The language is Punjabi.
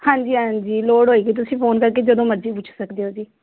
ਹਾਂਜੀ ਹਾਂਜੀ ਲੋੜ ਹੋਏਗੀ ਤੁਸੀਂ ਫ਼ੋਨ ਕਰਕੇ ਜਦੋਂ ਮਰਜ਼ੀ ਪੁੱਛ ਸਕਦੇ ਹੋ ਜੀ